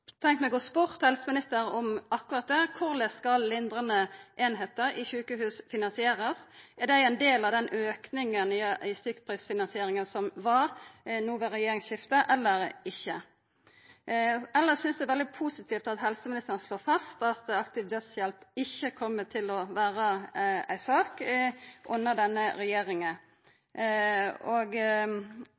om akkurat det: Korleis skal ein finansiera lindrande einingar i sjukehus? Er dei ein del av den auken i stykkprisfinansieringa som kom no ved regjeringsskiftet eller ikkje? Elles synest eg det er veldig positivt at helseministeren slår fast at aktiv dødshjelp ikkje kjem til å vera ei sak under denne regjeringa. Og